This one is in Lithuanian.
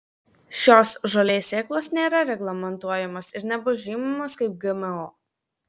šios žolės sėklos nėra reglamentuojamos ir nebus žymimos kaip gmo